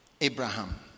Abraham